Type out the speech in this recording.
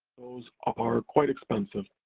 those are quite expensive.